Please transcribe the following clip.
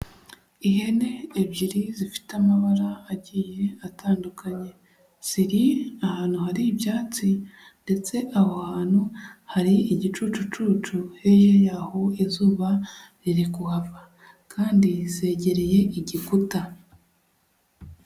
Ihene ebyiri zifite amabara agiye atandukanye. Ziri ahantu hari ibyatsi ndetse aho hantu hari igicucucucu, hirya yaho izuba riri kuhava kandi zegereye igikuta.